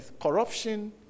Corruption